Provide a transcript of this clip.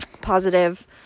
positive